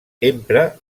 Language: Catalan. empra